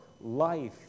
life